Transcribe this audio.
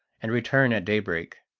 and return at daybreak.